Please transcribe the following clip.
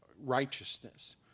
righteousness